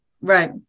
Right